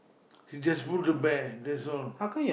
he just move the bag that's all